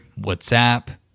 Whatsapp